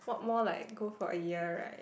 what more like go for a year right